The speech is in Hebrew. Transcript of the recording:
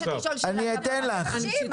מורגנשטרן,